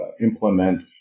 implement